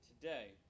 today